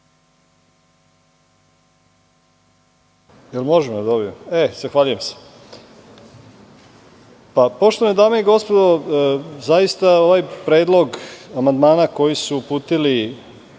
Poštovane dame i gospodo zaista ovaj predlog amandmana koji su uputili